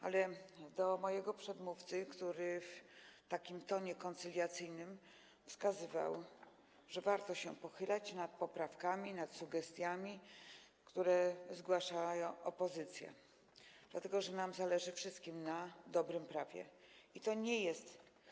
Ale co do mojego przedmówcy, który w tonie koncyliacyjnym wskazywał, że warto się pochylać nad poprawkami, nad sugestiami, które zgłasza opozycja, dlatego że nam wszystkim zależy na dobrym prawie, i to nie jest.